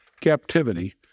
captivity